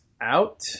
out